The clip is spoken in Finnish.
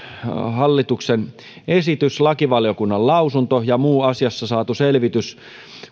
hallituksen esitys lakivaliokunnan lausunto ja muu asiassa saatu selvitys